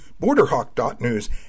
Borderhawk.news